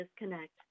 disconnect